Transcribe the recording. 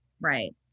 Right